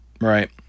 Right